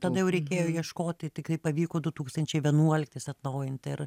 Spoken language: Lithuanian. tada jau reikėjo ieškoti tiktai pavyko du tūkstančiai vienuoliktais atnaujint ir